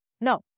No